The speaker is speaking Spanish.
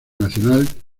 nacional